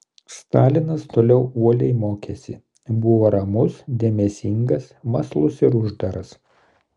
stalinas toliau uoliai mokėsi buvo ramus dėmesingas mąslus ir uždaras